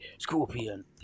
Scorpion